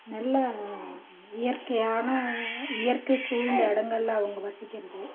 நல்ல இயற்கையான இயற்கை சூழ்ந்த இடங்கள்ல அவங்க வசிக்கிறது